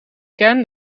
kern